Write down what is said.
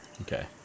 Okay